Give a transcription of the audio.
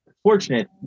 fortunate